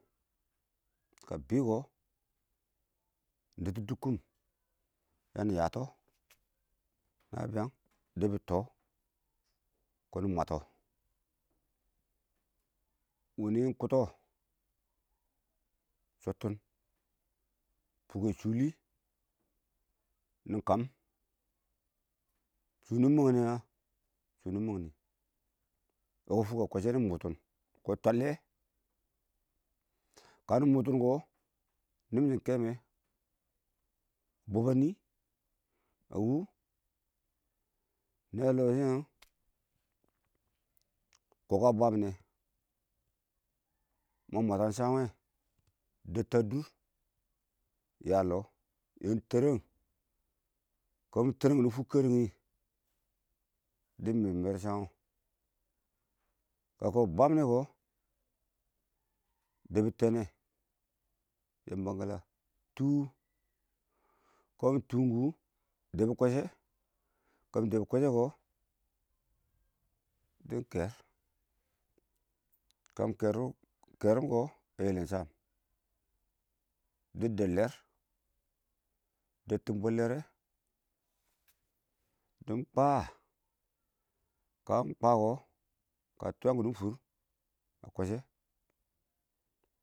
kə bɪ kɔ nɪ dɛttʊ dʊkkʊm yani yatɔ naan biyang dɛttʊ tɔ kɔn nɪ mwatɔ wini shʊttin fʊkkɛ shʊli, nɪ kəm shʊn dɪ mang niyɛ shʊn dɪ mang nɪ wɔ kɪ fʊkkɛ kweshɛ kɔ talliyɔ nɪ mʊtʊnka mʊtʊn kɔnim shɪm kɛ mɛ, bɔbba nɪ a wune lɔ shɪ iɪng kɔ kɔ a bwam mɪne ma mwatam cham wɛ, dettɛ a dʊr yaiɔ dɪn kereng dɪn mir mire cham wɔ kə kɔkɔ bwam minɛ kɔ, dɛbbi tɛnɛ yɛ bankata tʊ kamɪ tʊm kʊ dɛbbi kwashɛ kamɪ dɛbbi kwɛshɛ kɔ dɪ kɛr, kamɪ kɛrim kɛ a yɛlɛm cham dɪn dɛb lɛr dɪ bɛl lɛrɛ dɪn faa, kamɪ kwakɔ kə twiyam kɔ dɪn fʊr a kwɛ shɛ.